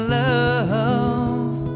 love